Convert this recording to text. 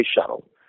shuttle